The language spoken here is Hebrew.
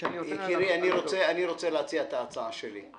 אני רוצה להציע את ההצעה שלי.